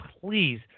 please